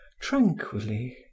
tranquilly